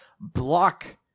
block